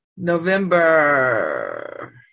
November